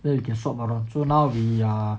well you can shop around so now we are